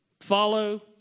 follow